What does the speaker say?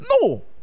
No